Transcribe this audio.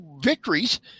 victories